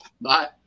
Bye